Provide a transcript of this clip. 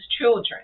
children